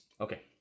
okay